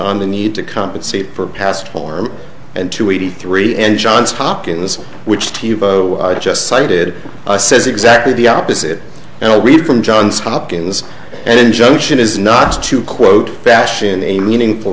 on the need to compensate for past warm and two eighty three and johns hopkins which tube just cited says exactly the opposite and i read from johns hopkins and injunction is not to quote fashion a meaningful